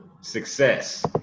success